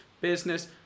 business